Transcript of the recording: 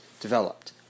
developed